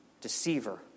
Deceiver